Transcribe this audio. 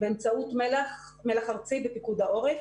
באמצעות מל"ח ארצי בפיקוד העורף.